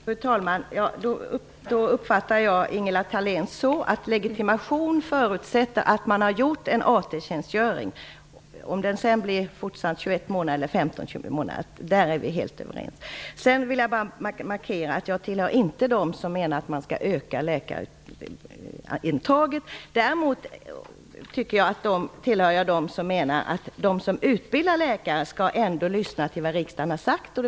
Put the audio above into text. Fru talman! Då uppfattar jag Ingela Thalén så, att legitimation förutsätter att man har fullgjort en AT tjänstgöring, oavsett om den fortsatt blir 21 månader eller om den blir 15 månader. Om detta är vi helt överens. Jag vill bara markera att jag inte tillhör dem som menar att man skall öka läkarintaget. Däremot tillhör jag dem som menar att de som utbildar läkare skall lyssna till vad riksdagen har sagt.